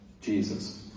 Jesus